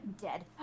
Dead